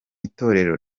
itorero